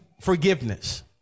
forgiveness